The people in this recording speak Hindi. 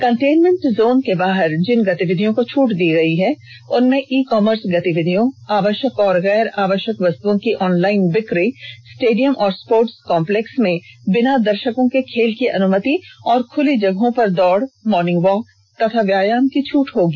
कंटेनमेट जोन के बाहर जिन गतिविधियों को छूट दी गयी है उनमें ई कॉमर्स गतिविधियों आवष्यक और गैर आवष्यक वस्तुओं की ऑनलाइन बिक्री स्टेडियम और स्पोर्ट्स कॉम्पलेक्स में बिना दर्षकों के खेल की अनुमति और खुली जगहों पर दौड़ मॉर्निंग वाक तथा व्यायाम की छूट होगी